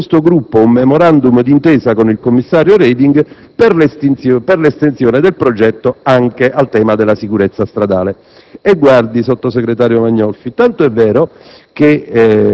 attraverso questo gruppo, a un *memorandum* d'intesa con il commissario Reding per l'estensione del progetto anche al tema della sicurezza stradale. E guardi, sottosegretario Magnolfi, che